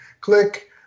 click